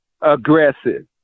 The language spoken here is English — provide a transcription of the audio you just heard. aggressive